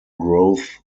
growth